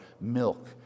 milk